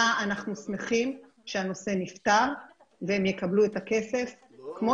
אנחנו שמחים שהנושא הזה נפתר והם יקבלו את הכסף כמו